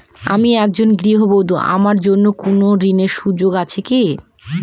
আমি একজন গৃহবধূ আমার জন্য কোন ঋণের সুযোগ আছে কি?